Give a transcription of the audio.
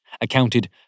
accounted